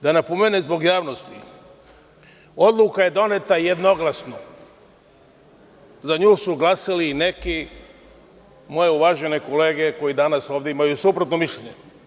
Da napomenem zbog javnosti, odluka je doneta jednoglasno, za nju su glasali neke moje uvažene kolege koje danas imaju suprotno mišljenje.